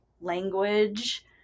language